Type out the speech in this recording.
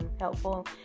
helpful